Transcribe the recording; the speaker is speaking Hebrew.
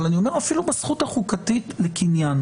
אבל אני אומר אפילו בזכות החוקתית לקניין.